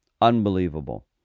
Unbelievable